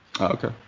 Okay